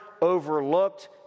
overlooked